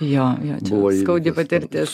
jo jo čia buvo skaudi patirtis